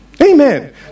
Amen